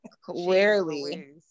Clearly